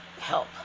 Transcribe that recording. help